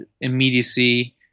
immediacy